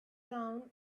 down